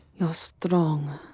you're strong,